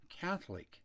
Catholic